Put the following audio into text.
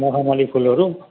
मखमली फुलहरू